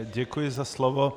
Děkuji za slovo.